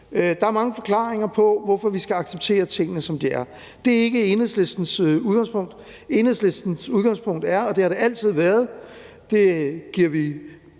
Der er mange forklaringer på, hvorfor vi skal acceptere tingene, som de er. Det er ikke Enhedslistens udgangspunkt. Enhedslisten udgangspunkt er og har altid været, og det giver vi